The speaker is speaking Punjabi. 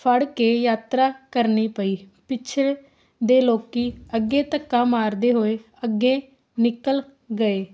ਫੜ ਕੇ ਯਾਤਰਾ ਕਰਨੀ ਪਈ ਪਿੱਛੇ ਦੇ ਲੋਕ ਅੱਗੇ ਧੱਕਾ ਮਾਰਦੇ ਹੋਏ ਅੱਗੇ ਨਿਕਲ ਗਏ